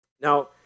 Now